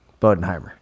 Bodenheimer